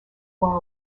voix